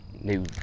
new